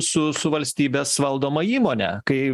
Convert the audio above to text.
su su valstybės valdoma įmone kai